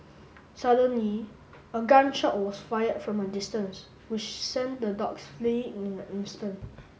suddenly a gun shot was fired from a distance which sent the dogs fleeing in an instant